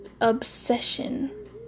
obsession